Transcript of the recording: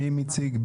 מי מציג?